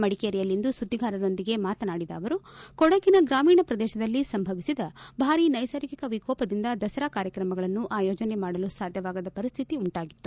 ಮಡಿಕೇರಿಯಲ್ಲಿಂದು ಸುದ್ದಿಗಾರರೊಂದಿಗೆ ಮಾತನಾಡಿದ ಅವರು ಕೊಡಗಿನ ಗ್ರಾಮೀಣ ಪ್ರದೇಶದಲ್ಲಿ ಸಂಭವಿಸಿದ ಭಾರಿ ನೈಸರ್ಗಿಕ ವಿಕೋಪದಿಂದ ದಸರಾ ಕಾರ್ಯಕ್ರಮಗಳನ್ನು ಆಯೋಜನೆ ಮಾಡಲು ಸಾಧ್ಯವಾಗದ ಪರಿಸ್ಥಿತಿ ಉಂಟಾಗಿತ್ತು